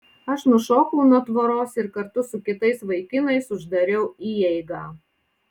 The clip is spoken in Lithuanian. aš nušokau nuo tvoros ir kartu su kitais vaikinais uždariau įeigą